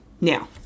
Now